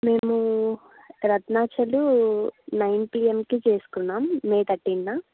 మేము రత్నాచలు నైన్ పిఎంకి చేసుకున్నాం మే తర్టీన్త్న